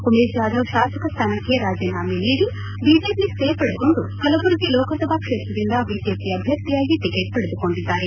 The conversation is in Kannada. ಉಮೇಶ್ ಜಾದವ್ ಶಾಸಕ ಸ್ವಾನಕ್ಕೆ ರಾಜೀನಾಮೆ ನೀಡಿ ಬಿಜೆಪಿ ಸೇರ್ಪಡೆಗೊಂಡು ಕಲಬುರಗಿ ಲೋಕಸಭಾ ಕ್ಷೇತ್ರದಿಂದ ಬಿಜೆಪಿ ಅಭ್ಯರ್ಥಿಯಾಗಿ ಟಿಕೆಟ್ ಪಡೆದುಕೊಂಡಿದ್ದಾರೆ